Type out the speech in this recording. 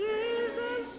Jesus